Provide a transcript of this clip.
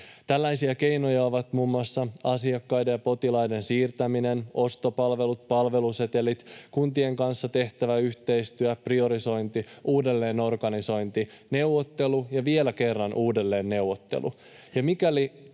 Tällaisia keinoja ovat muun muassa asiakkaiden ja potilaiden siirtäminen, ostopalvelut, palvelusetelit, kuntien kanssa tehtävä yhteistyö, priorisointi, uudelleenorganisointi, neuvottelu ja vielä kerran uudelleenneuvottelu.